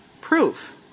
proof